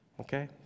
Okay